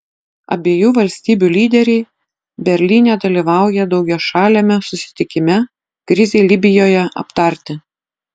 abiejų valstybių lyderiai berlyne dalyvauja daugiašaliame susitikime krizei libijoje aptarti